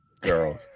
Girls